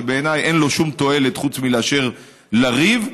שבעיניי אין לו שום תועלת חוץ מאשר לריב,